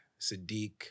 Sadiq